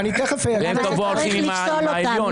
והם קבוע הולכים עם העליון.